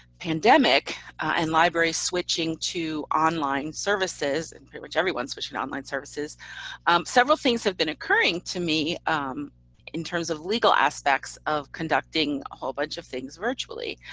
pandemic and library switching to online services and pretty much everyone's switching to online services several things have been occurring to me um in terms of legal aspects of conducting a whole bunch of things virtually.